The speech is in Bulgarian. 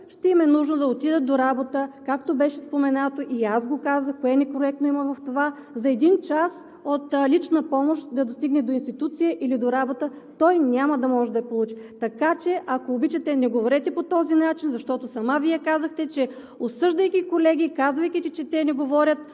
ще им е нужно да отидат до работа, както беше споменато, и аз го казах, какво некоректно има в това, за един час от лична помощ да достигне до институция или до работа, той няма да може да я получи. Така че, ако обичате, не говорете по този начин, защото сама Вие казахте, осъждайки колеги, казвайки, че те не говорят